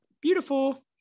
Beautiful